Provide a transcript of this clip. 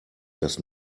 das